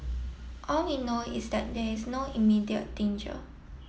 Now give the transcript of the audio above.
all we know is that there is no immediate danger